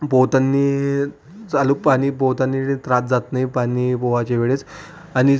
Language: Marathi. पोहताना चालू पाणी पोहताना त्रास जात नाही पाणी पोहाच्या वेळेस आणि